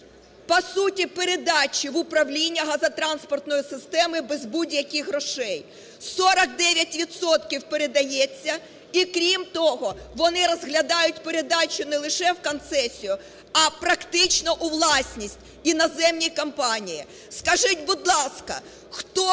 по суті, передачі в управління газотранспортної системи без будь-яких грошей. 49 відсотків передається, і крім того, вони розглядають передачу не лише в концесію, а практично у власність іноземні компанії. Скажіть, будь ласка, хто